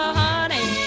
honey